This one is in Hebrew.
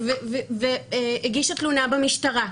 האמיץ והגישה תלונה במשטרה,